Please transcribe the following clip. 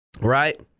Right